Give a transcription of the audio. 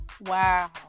Wow